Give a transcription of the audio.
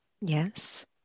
yes